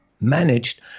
managed